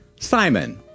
Simon